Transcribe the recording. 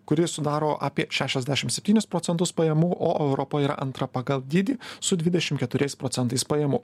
kuri sudaro apie šešiasdešim septynis procentus pajamų o europoje yra antra pagal dydį su dvidešim keturiais procentais pajamų